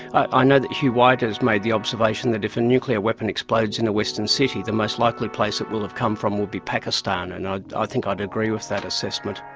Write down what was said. i know that hugh white has made the observation that if a nuclear weapon explodes in a western city, the most likely place it will have come from will be pakistan, and i think i'd agree with that assessment.